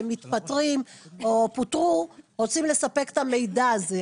מתפטרים או פוטרו ורוצים לספק את המידע הזה.